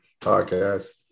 podcast